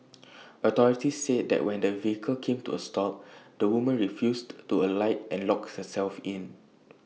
authorities said that when the vehicle came to A stop the woman refused to alight and locked herself in